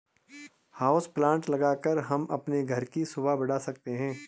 house plant लगाकर हम अपने घर की शोभा बढ़ा सकते हैं